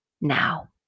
now